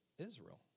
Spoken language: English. Israel